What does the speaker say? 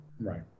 Right